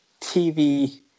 TV